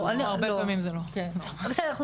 לא, לא, בסדר אנחנו